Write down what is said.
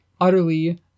utterly